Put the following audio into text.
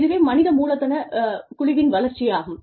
இதுவே மனித மூலதன குழுவின் வளர்ச்சியாகும்